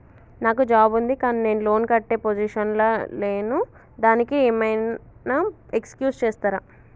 నాకు జాబ్ ఉంది కానీ నేను లోన్ కట్టే పొజిషన్ లా లేను దానికి ఏం ఐనా ఎక్స్క్యూజ్ చేస్తరా?